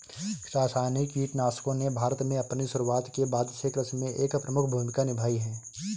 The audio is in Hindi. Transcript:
रासायनिक कीटनाशकों ने भारत में अपनी शुरूआत के बाद से कृषि में एक प्रमुख भूमिका निभाई हैं